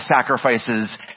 sacrifices